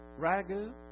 ragu